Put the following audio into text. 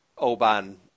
Oban